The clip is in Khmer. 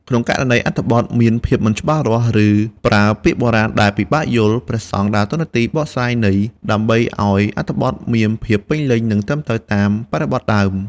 ក្នុងករណីអត្ថបទមានភាពមិនច្បាស់លាស់ ឬប្រើពាក្យបុរាណដែលពិបាកយល់ ព្រះសង្ឃដើរតួនាទីបកស្រាយន័យ ដើម្បីឱ្យអត្ថបទមានភាពពេញលេញ និងត្រឹមត្រូវតាមបរិបទដើម។